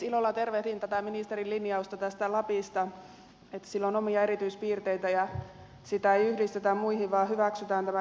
ilolla tervehdin tätä ministerin linjausta tästä lapista että sillä on omia erityispiirteitä ja sitä ei yhdistetä muihin vaan hyväksytään tämä korkea äänikynnys